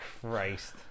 Christ